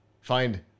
Find